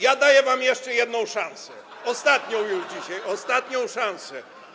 Ja daję wam jeszcze jedną szansę, ostatnią już dzisiaj, ostatnią szansę.